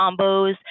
combos